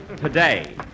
today